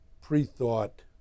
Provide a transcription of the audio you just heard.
pre-thought